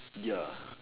ya